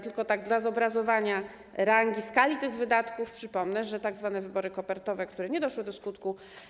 Tylko tak dla zobrazowania skali tych wydatków przypomnę tzw. wybory kopertowe, które nie doszły do skutku.